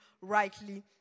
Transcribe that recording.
rightly